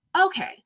okay